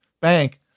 bank